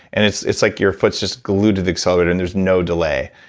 and it's it's like your foot's just glued to the accelerator and there's no delay.